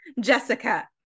Jessica